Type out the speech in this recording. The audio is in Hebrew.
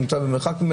נמצא במרחק,